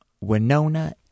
Winona